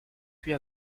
fut